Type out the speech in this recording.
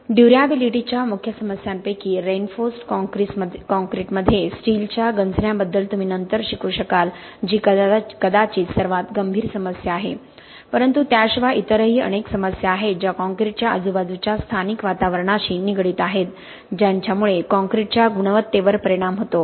ड्युरॅबिलिटीच्या मुख्य समस्यांपैकी reinforced concrete मध्ये स्टीलच्या गंजण्याबद्दल तुम्ही नंतर शिकू शकाल जी कदाचित सर्वात गंभीर समस्या आहे परंतु त्याशिवाय इतरही अनेक समस्या आहेत ज्या कॉंक्रिटच्या आजूबाजूच्या स्थानिक वातावरणाशी निगडित आहेत ज्यांच्या मुळे काँक्रीट च्या गुणवत्तेवर परिणाम होतो